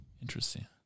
Interesting